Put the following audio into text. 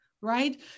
right